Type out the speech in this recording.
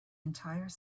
entire